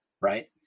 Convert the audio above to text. right